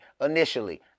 initially